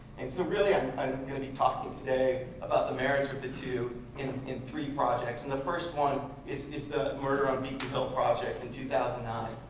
and so really i'm i'm going to be talking today about the marriage of the two in in three projects. and the first one is is the murder on beacon hill project in two thousand and nine.